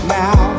now